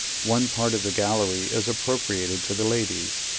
one part of the gallery is appropriated to the ladies,